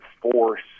force